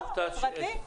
פרטי.